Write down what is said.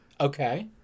Okay